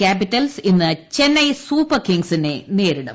Capitals ഇന്ന് Chennai super കിംഗ്സിനെ നേരിടും